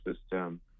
system